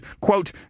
quote